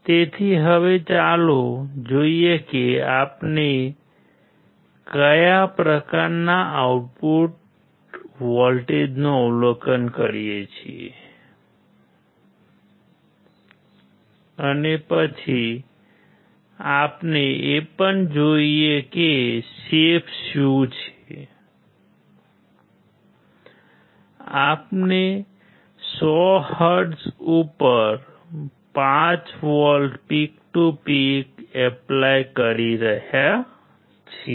તેથી હવે ચાલો જોઈએ કે આપણે કયા પ્રકારના આઉટપુટ વોલ્ટેજનું અવલોકન કરીએ છીએ અને પછી આપણે એ પણ જોઈએ કે શેપ કરી રહ્યા છીએ